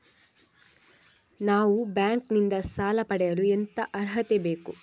ನಾವು ಬ್ಯಾಂಕ್ ನಿಂದ ಸಾಲ ಪಡೆಯಲು ಎಂತ ಅರ್ಹತೆ ಬೇಕು?